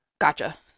Gotcha